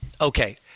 Okay